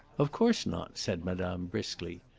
of course not, said madame briskly.